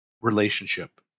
relationship